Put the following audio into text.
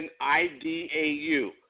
I-D-A-U